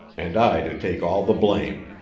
and i to take all the blame.